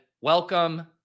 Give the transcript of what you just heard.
Welcome